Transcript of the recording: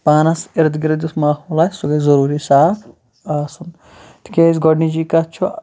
پانَس اِرد گِرد یُس ماحول آسہِ سُہ گژھِ ضُروٗری صاف آسُن تِکیٛازِ گۄڈنِچی کَتھ چھُ